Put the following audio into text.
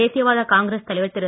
தேசியவாத காங்கிரஸ் தலைவர் திரு